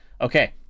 okay